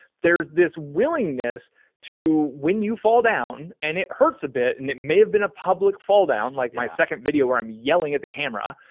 there's this willingness to when you fall down and it hurts a bit and it may have been a public fall down, like my second video where i'm yelling at the camera,